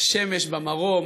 השמש במרום,